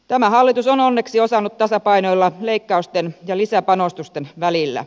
tämä hallitus on onneksi osannut tasapainoilla leikkausten ja lisäpanostusten välillä